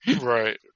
Right